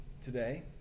today